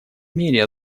мере